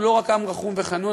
אנחנו לא רק עם רחום וחנון,